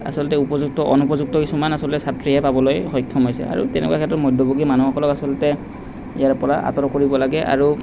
আচলতে উপযুক্ত অনুপযুক্ত কিছুমান আচলতে ছাত্ৰীয়ে পাবলৈ সক্ষম হৈছে আৰু তেনেকুৱা ক্ষেত্ৰত মধ্যভোগী মানুহসকলক আচলতে ইয়াৰ পৰা আঁতৰ কৰিব লাগে আৰু